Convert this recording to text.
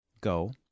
go